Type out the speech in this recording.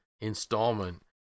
installment